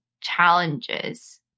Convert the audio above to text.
challenges